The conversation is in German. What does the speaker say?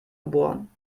geboren